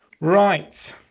Right